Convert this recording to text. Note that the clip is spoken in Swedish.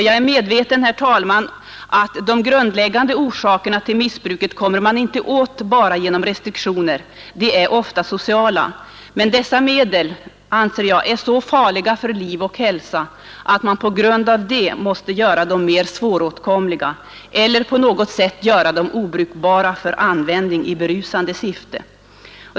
Jag är medveten, herr talman, om att de grundläggande orsakerna till missbruket kommer man inte åt bara genom restriktioner — de är ofta sociala. Men dessa medel anser jag vara så farliga för liv och hälsa att man på grund av detta måste göra dem mer svåråtkomliga eller på något sätt göra dem obrukbara för användning i berusande syfte.